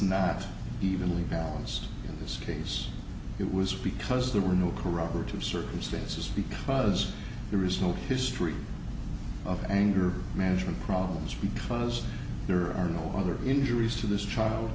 not evenly balanced in this case it was because there were no corroborative circumstances because there is no history of anger management problems because there are no other injuries to this child